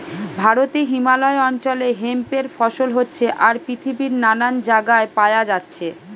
ভারতে হিমালয় অঞ্চলে হেম্প এর ফসল হচ্ছে আর পৃথিবীর নানান জাগায় পায়া যাচ্ছে